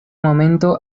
momento